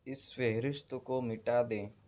اس فہرست کو مٹا دیں